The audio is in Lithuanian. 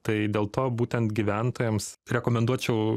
tai dėl to būtent gyventojams rekomenduočiau